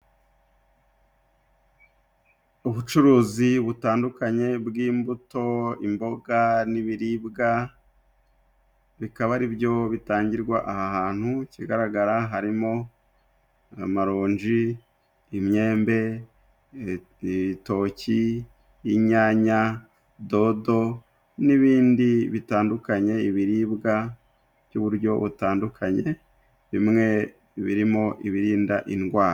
Ubucuruzi butandukanye bw'imbuto imboga n'ibiribwa, bikaba ari byo bitangirwa aha hantu ikigaragara harimo amaronji, imyembe, ibitoki, inyanya, dodo n'ibindi bitandukanye, ibiribwa by'uburyo butandukanye bimwe birimo ibirinda indwara.